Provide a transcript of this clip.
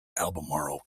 albemarle